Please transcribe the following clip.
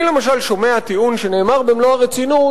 אני, למשל, שומע טיעון שנאמר במלוא הרצינות,